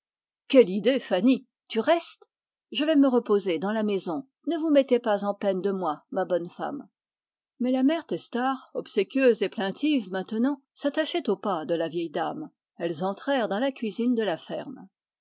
quelle idée fanny tu restes je vais me reposer dans la maison ne vous mettez pas peine de moi ma bonne femme mais la mère testard obséquieuse et plaintive maintenant s'attachait aux pas de la vieille dame elles entrèrent dans la cuisine de la ferme